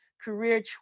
Career